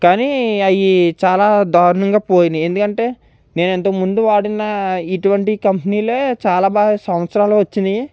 కానీ అయి చాలా దారుణంగా పోయినాయి ఎందుకంటే నేనింతకముందు వాడిన ఇటు వంటి కంపెనీలే చాలా బాగా సంత్సరాలు వచ్చినాయి